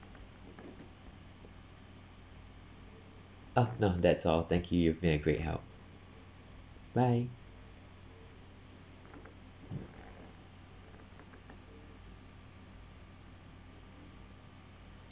oh no that's all thank you you've been a great help bye